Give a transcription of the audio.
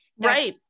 right